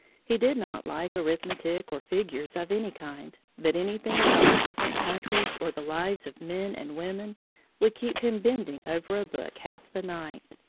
he did not like arithmetic or figures of any kind, but anything about the different countries or the lives of men and women would keep him bending over a book half the night.